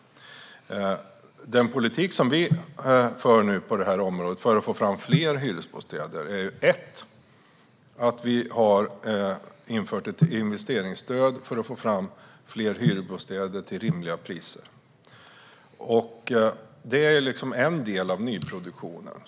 När det gäller den politik som vi för på området nu, för att få fram fler hyresbostäder, har vi till att börja med infört ett investeringsstöd för att få fram fler hyresbostäder till rimliga priser. Det är en del av nyproduktionen.